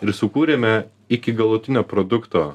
ir sukūrėme iki galutinio produkto